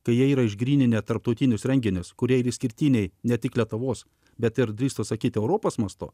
kai jie yra išgryninę tarptautinius renginius kurie yra išskirtiniai ne tik lietuvos bet ir drįstu sakyti europos mastu